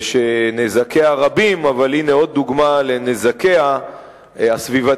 שנזקיה רבים, אבל הנה עוד דוגמה לנזקיה הסביבתיים,